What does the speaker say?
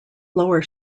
lower